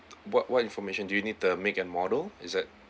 what what information do you need the make and model is that